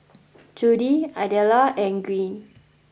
Judy Idella and Greene